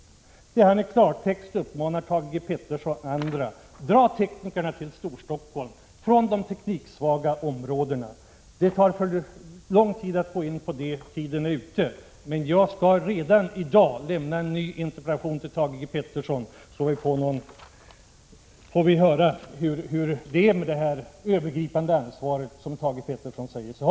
Där uppmanar han i klartext Thage G. Peterson och andra att dra teknikerna till Storstockholm från de tekniksvaga områdena. Det tar för lång tid att gå in på vad som står här, och min taletid är strax ute. Men jag vill säga att jag redan i dag kommer att lämna en ny interpellation till Thage G. Peterson, så att vi får höra hur det är med det övergripande ansvar som han säger sig ha.